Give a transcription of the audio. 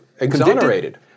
exonerated